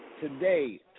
Today